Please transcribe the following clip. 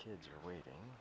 kids are waiting